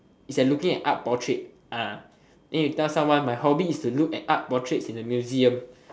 it's like looking at art portraits ah then you tell someone my hobby is to look at art portraits in the museum